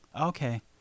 okay